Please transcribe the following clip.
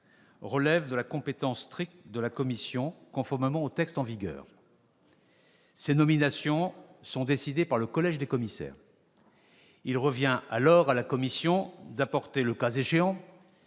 relèvent de la compétence stricte de la Commission, conformément aux textes en vigueur. Ces nominations sont décidées par le collège des commissaires. Il revient dès lors à la Commission d'apporter le cas échéant